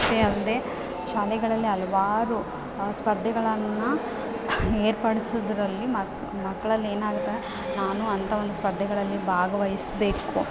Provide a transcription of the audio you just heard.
ಅಷ್ಟೇ ಅಲ್ಲದೆ ಶಾಲೆಗಳಲ್ಲಿ ಹಲ್ವಾರು ಸ್ಪರ್ಧೆಗಳನ್ನು ಏರ್ಪಡಿಸೊದ್ರಲ್ಲಿ ಮಕ್ಳಲ್ಲಿ ಏನಾಗುತ್ತೆ ನಾನು ಅಂಥ ಒಂದು ಸ್ಪರ್ಧೆಗಳಲ್ಲಿ ಭಾಗವಹಿಸ್ಬೇಕು